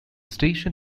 station